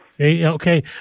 Okay